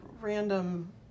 random